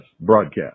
broadcast